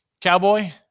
Cowboy